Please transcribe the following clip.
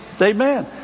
Amen